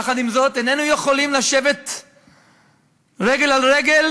עם זאת, איננו יכולים לשבת רגל על רגל